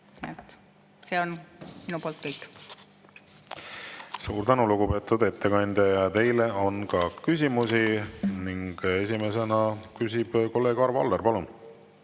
See on minu poolt kõik. Suur tänu, lugupeetud ettekandja! Teile on ka küsimusi. Esimesena küsib kolleeg Arvo Aller. Palun!